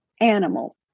animal